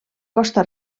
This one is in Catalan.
costa